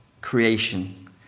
creation